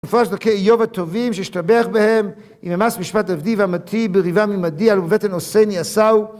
מפורש בדרכי איוב הטובים שהשתבח בהם: אִם אֶמְאַס מִשְׁפַּט עַבְדִּי וַאֲמָתִי בְּרִבָם עִמָּדִי, הֲ‍לֹא בַבֶּטֶן עֹשֵׂנִי עָשָׂהוּ וַיְכֻנֶנּוּ בָּרֶחֶם אֶחָד